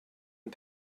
and